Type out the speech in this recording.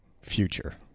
future